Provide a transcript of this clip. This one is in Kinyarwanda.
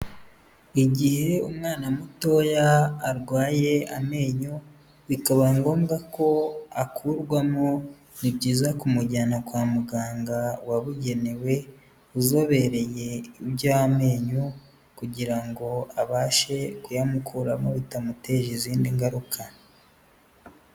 Igihe umwana mutoya arwaye amenyo bikaba ngombwa ko akurwamo ni byiza kumujyana kwa muganga wabugenewe uzubereye iby'amenyo kugira ngo abashe kuyamukuramo bitamuteje izindi ngaruka.